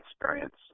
experience